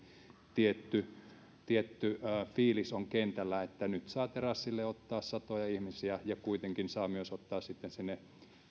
tietty tietty fiilis on kentällä että nyt saa terassille ottaa satoja ihmisiä ja kuitenkin saa myös ottaa sitten sinne